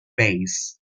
bays